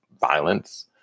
violence